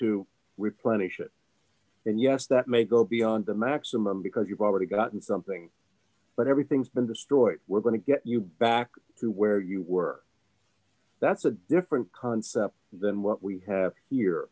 to replenish it and yes that may go beyond the maximum because you've already gotten something but everything's been destroyed we're going to get you back to where you were that's a different concept than what we have